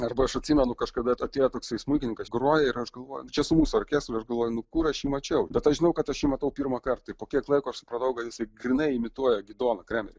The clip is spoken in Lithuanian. arba aš atsimenu kažkada atėjo toksai smuikininkas groja ir aš galvoju čia su mūsų orkestru aš galvoju kur aš jį mačiau bet aš žinau kad aš jį matau pirmą kartą tai po kiek laiko supratau kad jisai grynai imituoja gidoną kremerį